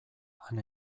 han